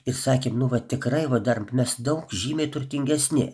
įsakėm nu va tikrai va dar mes daug žymiai turtingesni